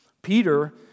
Peter